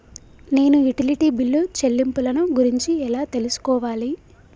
నేను utility bill చెల్లింపులను గురించి ఎలా తెలుసుకోవాలి?